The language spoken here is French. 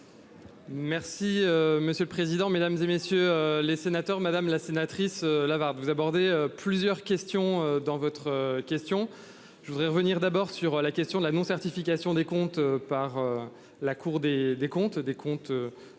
Merci monsieur le président, Mesdames, et messieurs les sénateurs, madame la sénatrice l'Avare vous aborder plusieurs questions dans votre question, je voudrais revenir d'abord sur la question de la non-certification des comptes par la Cour des comptes, des comptes